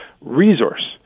resource